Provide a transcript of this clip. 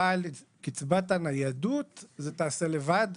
קצבת הניידות את זה תעשה לבד,